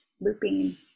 looping